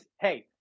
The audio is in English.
hey